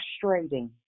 frustrating